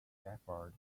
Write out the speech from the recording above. safford